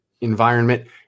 environment